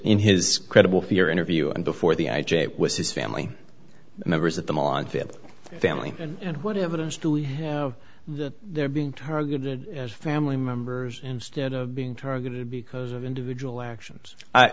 in his credible fear interview and before the i j a with his family members of them on family and what evidence do we have that they're being targeted as family members instead of being targeted because of individual actions